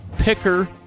Picker